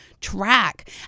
track